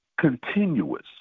continuous